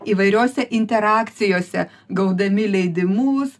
įvairiose interakcijose gaudami leidimus